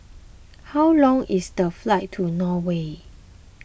how long is the flight to Norway